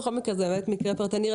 בכל מקרה זה באמת מקרה פרטני.